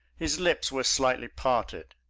his lips were slightly parted,